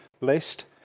list